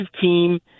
team